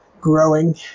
growing